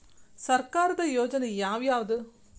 ಸರ್ಕಾರದ ಯೋಜನೆ ಯಾವ್ ಯಾವ್ದ್?